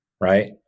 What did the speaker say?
right